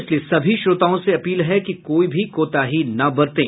इसलिए सभी श्रोताओं से अपील है कि कोई भी कोताही न बरतें